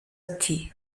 ati